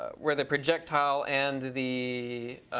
ah where the projectile and the